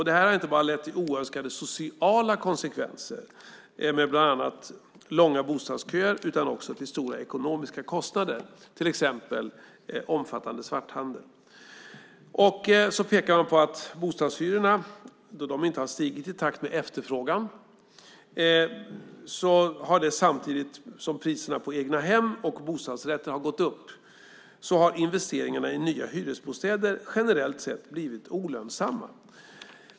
Det har inte bara lett till oönskade sociala konsekvenser med bland annat långa bostadsköer, utan också till stora ekonomiska kostnader, till exempel omfattande svarthandel. De pekar också på att då bostadshyrorna inte har stigit i takt med efterfrågan samtidigt som priserna på egnahem och bostadsrätter har gått upp, har investeringar i nya hyresbostäder generellt sett blivit olönsamma.